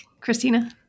Christina